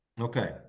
Okay